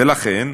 ולכן,